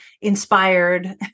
inspired